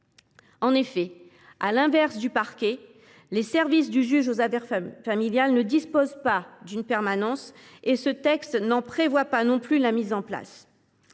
En effet, à l’inverse du parquet, les services du juge aux affaires familiales ne disposent pas d’une permanence, et ce texte n’en prévoit pas la mise en place.